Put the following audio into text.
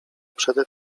przede